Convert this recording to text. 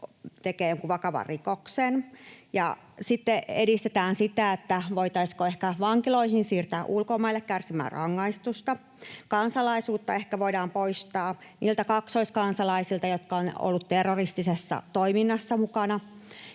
tekee jonkun vakavan rikoksen. Ja sitten edistetään sitä, että voitaisiinko ehkä vankiloihin siirtää ulkomaille kärsimään rangaistusta. Kansalaisuus ehkä voidaan poistaa niiltä kaksoiskansalaisilta, jotka ovat olleet terroristisessa toiminnassa mukana.